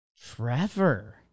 Trevor